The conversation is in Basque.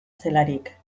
zelarik